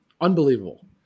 Unbelievable